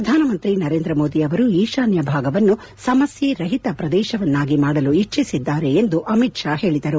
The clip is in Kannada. ಪ್ರಧಾನಮಂತ್ರಿ ನರೇಂದ್ರ ಮೋದಿ ಅವರು ಈತಾನ್ಹ ಭಾಗವನ್ನು ಸಮಸ್ಥೆ ರಹಿತ ಪ್ರದೇಶವನ್ನಾಗಿ ಮಾಡಲು ಇಚ್ಚಿಸಿದ್ದಾರೆ ಎಂದು ಅಮಿತ್ ಶಾ ಹೇಳಿದರು